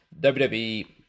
WWE